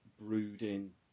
brooding